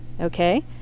Okay